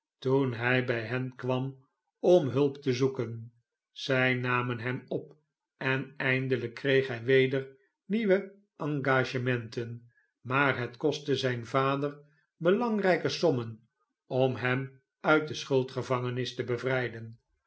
toen hij by hen k warn om hulp te zoeken zij namen hem op en eindelijk kreeg hij weder nieuwe engagementen maar het kostte zijn vader belangrijke sommen om hem uit de schuldgevangenis te bevrijden